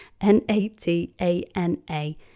N-A-T-A-N-A